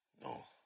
No